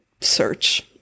search